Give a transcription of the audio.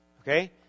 Okay